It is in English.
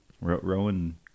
rowan